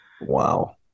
Wow